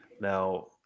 Now